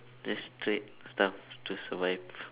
just trade stuff to survive